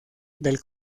del